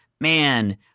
man